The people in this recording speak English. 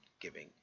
giving